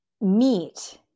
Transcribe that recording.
meet